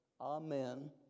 Amen